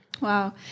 Wow